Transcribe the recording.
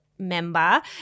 member